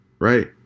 right